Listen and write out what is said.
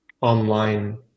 online